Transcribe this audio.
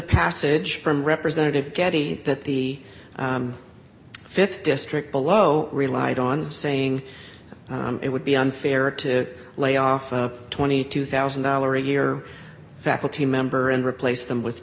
passage from representative gabby that the th district below relied on saying it would be unfair to lay off twenty two thousand dollars a year faculty member and replace them with